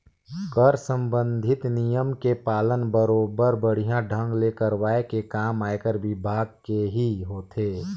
कर संबंधित नियम के पालन बरोबर बड़िहा ढंग ले करवाये के काम आयकर विभाग केही होथे